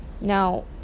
Now